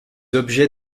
objets